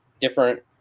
different